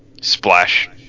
splash